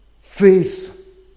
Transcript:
faith